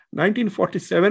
1947